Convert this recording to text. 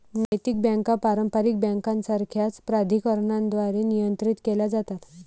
नैतिक बँका पारंपारिक बँकांसारख्याच प्राधिकरणांद्वारे नियंत्रित केल्या जातात